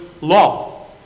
law